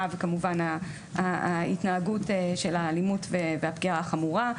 וכמובן ההתנהגות של האלימות והפגיעה החמורה.